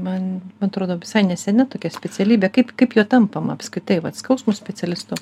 man atrodo visai nesena tokia specialybė kaip kaip juo tampama apskritai vat skausmo specialistu